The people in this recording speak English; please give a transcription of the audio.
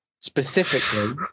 Specifically